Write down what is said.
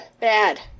bad